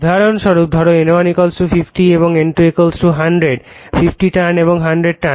উদাহরণস্বরূপ ধরো N1 50 এবং N2 100 50 টার্ণ এবং 100 টার্ণ